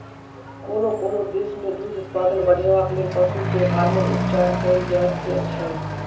कोनो कोनो देश मे दूध उत्पादन बढ़ेबाक लेल पशु के हार्मोन उपचार कएल जाइत छै